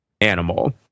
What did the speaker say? animal